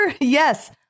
Yes